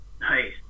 nice